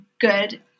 good